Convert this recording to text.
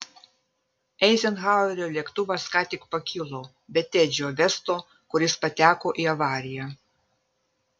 eizenhauerio lėktuvas ką tik pakilo be tedžio vesto kuris pateko į avariją